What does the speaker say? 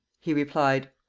he replied,